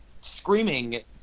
screaming